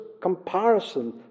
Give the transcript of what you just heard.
comparison